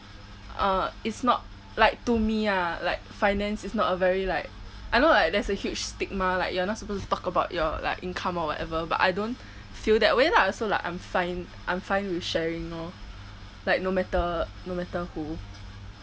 uh it's not like to me ah like finance is not a very like I know like there's a huge stigma like you're not supposed to talk about your like income or whatever but I don't feel that way lah so like I'm fine I'm fine with sharing lor like no matter no matter who